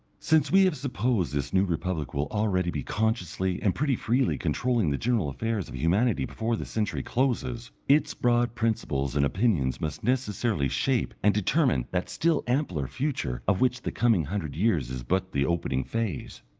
since we have supposed this new republic will already be consciously and pretty freely controlling the general affairs of humanity before this century closes, its broad principles and opinions must necessarily shape and determine that still ampler future of which the coming hundred years is but the opening phase.